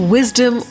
Wisdom